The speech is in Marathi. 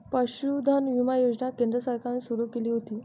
पशुधन विमा योजना केंद्र सरकारने सुरू केली होती